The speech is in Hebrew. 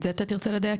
את זה אתה תרצה לדייק?